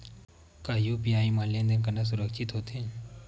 का यू.पी.आई म लेन देन करना सुरक्षित होथे?